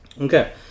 Okay